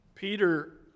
Peter